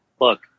look